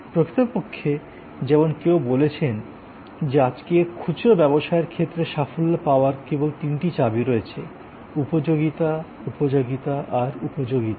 প্রকৃতপক্ষে যেমন কেউ বলেছেন যে আজকের খুচরা ব্যবসায়ের ক্ষেত্রে সাফল্য পাওয়ার কেবল তিনটি চাবি রয়েছে উপযোগিতা উপযোগিতা আর উপযোগিতা